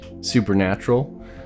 supernatural